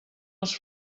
els